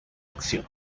acción